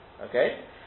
Okay